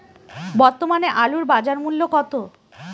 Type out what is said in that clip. বর্তমানে আলুর বাজার মূল্য কত?